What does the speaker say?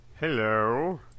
Hello